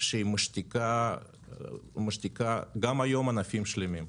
שמשתיקה גם היום ענפים שלמים.